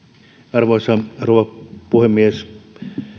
arvoisa rouva puhemies